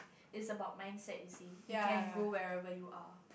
it about mindset you see you can go wherever you are